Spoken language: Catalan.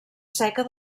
seca